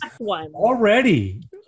Already